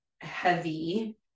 heavy